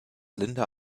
linda